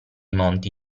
monti